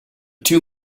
two